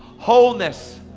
wholeness,